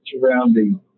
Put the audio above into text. surrounding